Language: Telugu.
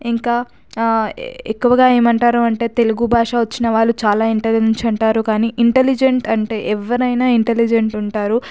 ఇంకా ఎక్కువగా ఏమంటారు అంటే తెలుగు భాష వచ్చిన వాళ్ళు చాలా ఇంటలిజెంట్ అంటారు కానీ ఇంటలిజెంట్ అంటే ఎవరైనా ఇంటలిజెంట్ ఉంటారు